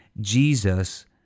Jesus